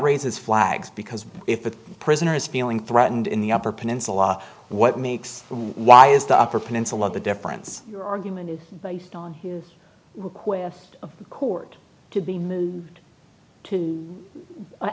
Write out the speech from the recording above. raises flags because if the prisoner is feeling threatened in the upper peninsula what makes why is the upper peninsula the difference your argument is based on his request of court to be moved to